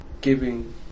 giving